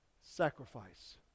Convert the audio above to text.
Sacrifice